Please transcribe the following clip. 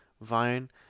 Vine